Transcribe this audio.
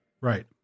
Right